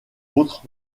autres